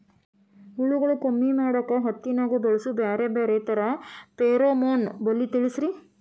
ಹುಳುಗಳು ಕಮ್ಮಿ ಮಾಡಾಕ ಹತ್ತಿನ್ಯಾಗ ಬಳಸು ಬ್ಯಾರೆ ಬ್ಯಾರೆ ತರಾ ಫೆರೋಮೋನ್ ಬಲಿ ತಿಳಸ್ರಿ